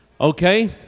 Okay